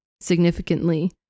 significantly